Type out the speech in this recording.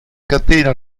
catena